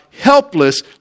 helpless